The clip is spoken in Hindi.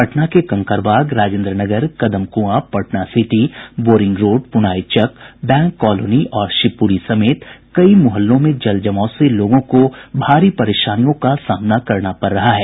पटना के Kankarbagh Rajendranagar Kadamkuan Patna city boring road Punaichak bank colony और शिवपुरी समेत कई मुहल्लों में जल जमाव से लोगों को भारी परेशानियों का सामना करना पड़ रहा है